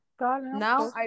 Now